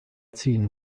ziehen